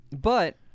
But-